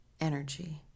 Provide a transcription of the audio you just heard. energy